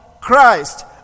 Christ